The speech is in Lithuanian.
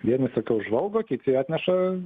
vieni sakau žvalgo kiti atneša